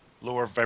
lower